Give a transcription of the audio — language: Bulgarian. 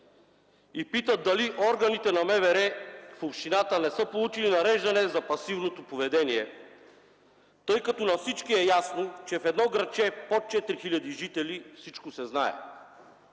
и питат дали органите на МВР в общината не са получили нареждане за пасивното поведение, тъй като на всички е ясно, че в едно градче под 4 хиляди жители всичко се знае.